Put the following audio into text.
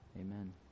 Amen